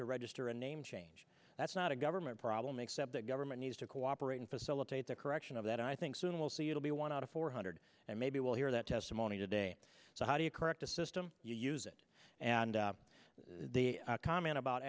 to register a name change that's not a government problem except that government needs to cooperate and facilitate the correction of that i think soon we'll see it'll be one out of four hundred and maybe we'll hear that testimony today so how do you correct a system you use it and the comment about